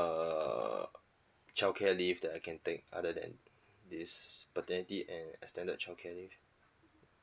err childcare leave that I can take other than this paternity and extended childcare leave